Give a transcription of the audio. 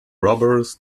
robbers